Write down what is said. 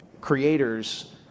creators